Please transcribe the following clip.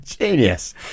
genius